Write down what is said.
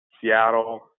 Seattle